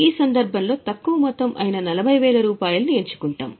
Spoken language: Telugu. ఈ సందర్భంలో మనం 40000 ని ఎంచుకుంటాం